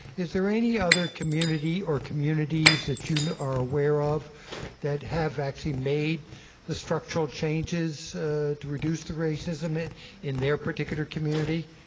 is there any other community or communities that you know are aware of that have actually made the structural changes to reduce the racism in their particular community?